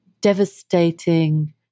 devastating